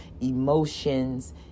emotions